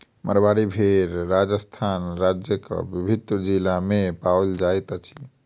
मारवाड़ी भेड़ राजस्थान राज्यक विभिन्न जिला मे पाओल जाइत अछि